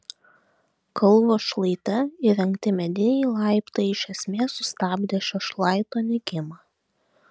kalvos šlaite įrengti mediniai laiptai iš esmės sustabdė šio šlaito nykimą